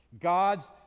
God's